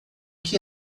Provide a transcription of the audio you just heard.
que